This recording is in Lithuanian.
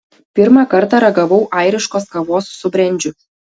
pirmą kartą ragavau airiškos kavos su brendžiu